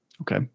Okay